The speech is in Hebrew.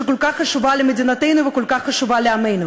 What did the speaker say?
שכל כך חשוב למדינתנו וכל כך חשוב לעמנו,